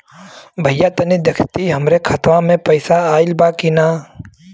भईया तनि देखती हमरे खाता मे पैसा आईल बा की ना?